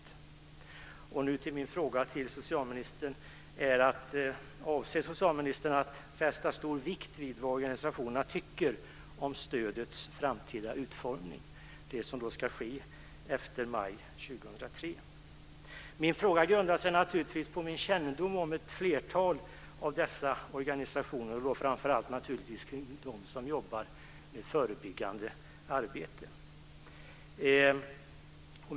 Nu kommer jag till min fråga till socialministern. Avser socialministern att fästa stor vikt vid vad organisationerna tycker om stödets framtida utformning, som ju ska ske efter maj 2003? Min fråga grundar sig naturligtvis på min kännedom om ett flertal av dessa organisationer, och då framför allt de som jobbar med förebyggade arbete.